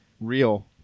real